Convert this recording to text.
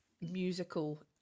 musical